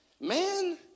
Man